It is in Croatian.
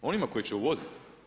Onima koji će uvoziti?